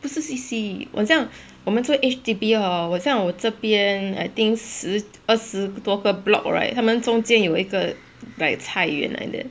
不是 C_C 很像我们住 H_D_B hor 很像我这边 I think 十二十多个 block right 他们中间有一个 like 菜园 like that